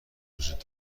وجود